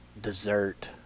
dessert